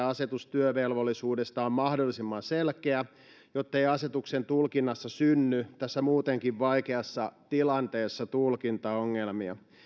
asetus työvelvollisuudesta on mahdollisimman selkeä jottei asetuksen tulkinnassa synny tässä muutenkin vaikeassa tilanteessa tulkintaongelmia